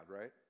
right